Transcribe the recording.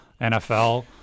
NFL